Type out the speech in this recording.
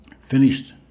finished